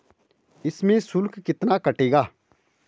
इसमें शुल्क कितना कटेगा?